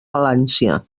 palància